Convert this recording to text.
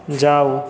जाउ